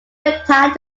retired